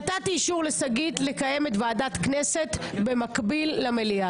נתתי אישור לשגית לקיים את ועדת כנסת במקביל למליאה.